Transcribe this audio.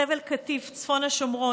חבל קטיף וצפון השומרון,